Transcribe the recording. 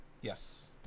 Yes